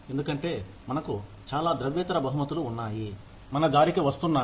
ఎందుకంటే మనకు చాలా ద్రవ్యేతర బహుమతులు ఉన్నాయి మన దారికి వస్తున్నాయి